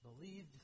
believed